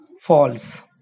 False